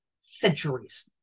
centuries